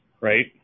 right